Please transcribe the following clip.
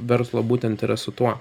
verslo būtent yra su tuo